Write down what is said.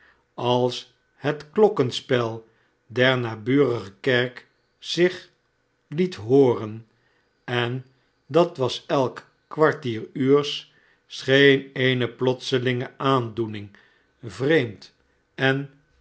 als het klokkenspel der naburige kerk zich liet hooren en dat was elk kwartieruurs scheen eene plotselinge aandoening vreemd en